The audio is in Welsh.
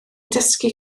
dysgu